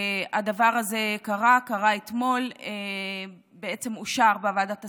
והדבר הזה קרה אתמול, בעצם אושר בוועדת השרים,